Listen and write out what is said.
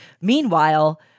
meanwhile